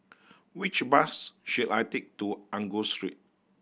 which bus should I take to Angus Street